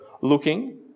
looking